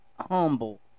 humble